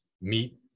meet